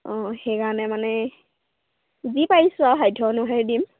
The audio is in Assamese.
অঁ সেইকাৰণে মানে যি পাৰিছোঁ আৰু সাধ্য অনুসাৰে দিম